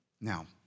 Now